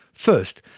first,